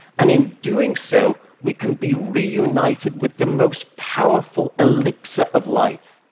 and in doing so, we can be reunited with the most powerful elixir of life,